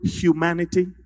humanity